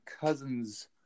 cousin's